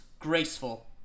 graceful